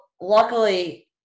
luckily –